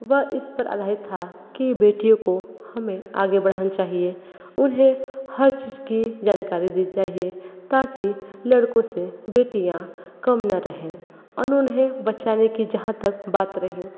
वह इस पर आधारित था कि बेटियों को हमें आगे बढ़ाना चाहिए उन्हें हर चीज़ की जानकारी देनी चाहिए ताकि लड़कों से बेटियाँ कम न रहे उन्होंने बचाने की जहाँ तक बात रही